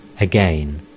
Again